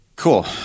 Cool